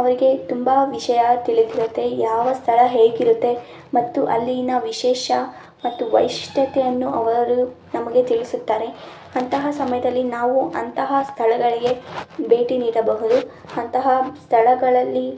ಅವರಿಗೆ ತುಂಬ ವಿಷಯ ತಿಳಿದಿರುತ್ತೆ ಯಾವ ಸ್ಥಳ ಹೇಗಿರುತ್ತೆ ಮತ್ತು ಅಲ್ಲಿನ ವಿಶೇಷ ಮತ್ತು ವೈಶಿಷ್ಟ್ಯತೆಯನ್ನು ಅವರು ನಮಗೆ ತಿಳಿಸುತ್ತಾರೆ ಅಂತಹ ಸಮಯದಲ್ಲಿ ನಾವು ಅಂತಹ ಸ್ಥಳಗಳಿಗೆ ಭೇಟಿ ನೀಡಬಹುದು ಅಂತಹ ಸ್ಥಳಗಳಲ್ಲಿ